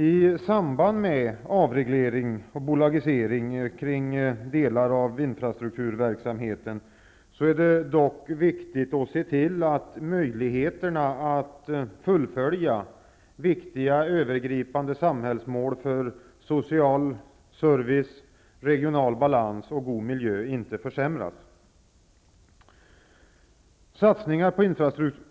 I samband med avreglering och bolagisering av infrastrukturverksamheten är det dock viktigt att se till att möjligheterna att fullfölja viktiga övergripande samhällsmål för social service, regional balans och god miljö inte försämras. Satsningar på